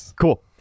Cool